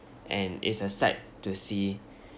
and it's a sight to see